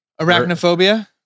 Arachnophobia